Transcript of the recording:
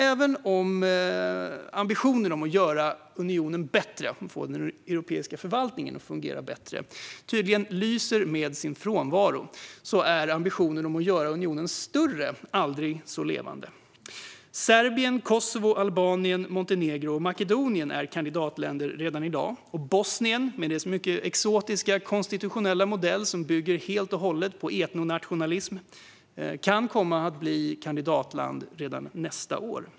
Även om ambitionen att göra unionen bättre och få den europeiska förvaltningen att fungera bättre lyser med sin frånvaro har ambitionen att göra unionen större aldrig varit så levande. Serbien, Kosovo, Albanien, Montenegro och Makedonien är kandidatländer redan i dag, och Bosnien, med dess mycket exotiska konstitutionella modell som helt och hållet bygger på etnonationalism, kan komma att bli kandidatland redan nästa år.